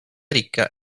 ricca